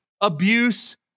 Abuse